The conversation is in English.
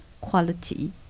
quality